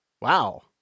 Wow